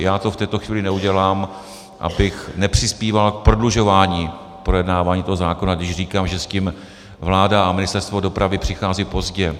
Já to v tuto chvíli neudělám, abych nepřispíval k prodlužování projednávání toho zákona, když říkám, že s tím vláda a Ministerstvo dopravy přichází pozdě.